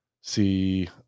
see